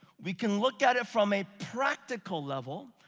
we can look at it from a practical level.